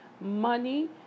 money